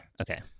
Okay